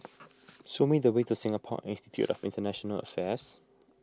show me the way to Singapore Institute of International Affairs